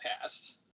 past